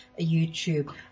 youtube